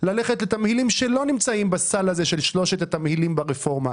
ללכת לתמהילים שלא נמצאים בסל הזה של שלושת התמהילים ברפורמה.